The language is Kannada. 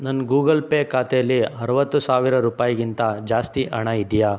ನನ್ನ ಗೂಗಲ್ ಪೇ ಖಾತೆಲಿ ಅರವತ್ತು ಸಾವಿರ ರೂಪಾಯಿಗಿಂತ ಜಾಸ್ತಿ ಹಣ ಇದೆಯಾ